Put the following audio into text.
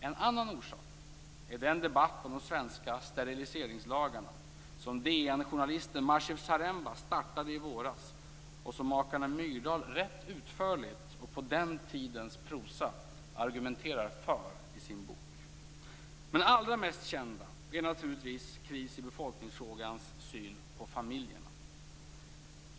En annan orsak är den debatt om de svenska steriliseringslagarna som DN journalisten Maciej Zaremba startade i våras och som makarna Myrdal rätt utförligt och på den tidens prosa argumenterar för i sin bok. Men allra mest känd är naturligtvis Kris i befolkningsfrågan för dess syn på familjen.